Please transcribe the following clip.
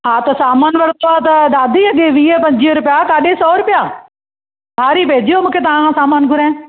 हा त सामान वरितो आहे त दादीअ खे वीह पंजुवीह रुपिया काॾे सौ रुपिया भारी पइजी वियो मूंखे तव्हां खां सामान घुराइणु